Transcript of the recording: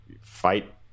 fight